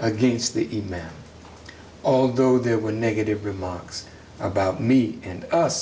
against the man although there were negative remarks about me and us